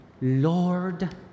Lord